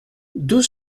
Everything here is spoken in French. deux